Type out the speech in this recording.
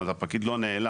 זאת אומרת הפקיד לא נעלם.